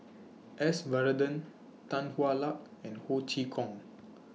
S Varathan Tan Hwa Luck and Ho Chee Kong